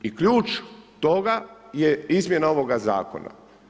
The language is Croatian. I ključ toga, je izmjena ovoga zakona.